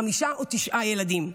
חמישה או תשעה ילדים.